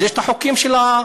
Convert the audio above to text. אז יש חוקים של נגישות.